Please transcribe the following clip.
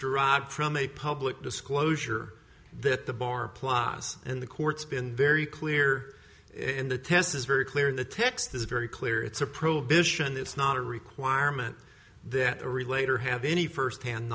derived from a public disclosure that the bar plus and the courts been very clear in the tests is very clear the text is very clear it's a prohibition that's not a requirement that a relator have any first hand